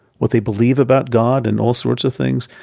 what they believe about god and all sorts of things,